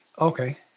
okay